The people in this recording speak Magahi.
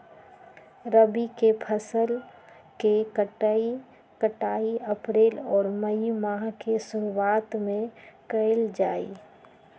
रबी के फसल के कटाई अप्रैल और मई माह के शुरुआत में कइल जा हई